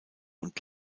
und